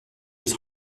his